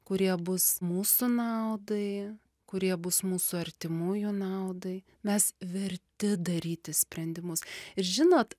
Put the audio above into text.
kurie bus mūsų naudai kurie bus mūsų artimųjų naudai mes verti daryti sprendimus ir žinot